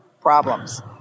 problems